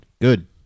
Good